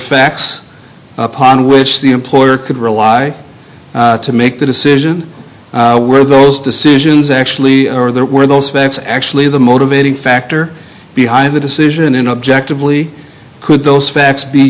facts upon which the employer could rely to make the decision were those decisions actually are there were those facts actually the motivating factor behind the decision in objectively could those facts be